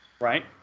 Right